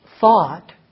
thought